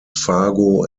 fargo